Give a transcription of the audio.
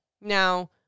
Now